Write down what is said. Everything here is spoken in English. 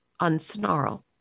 unsnarl